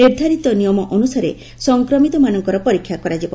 ନିର୍ଦ୍ଧାରିତ ନିୟମ ଅନୁସାରେ ସଂକ୍ରମିତମାନଙ୍କର ପରୀକ୍ଷା କରାଯିବ